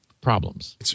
problems